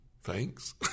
thanks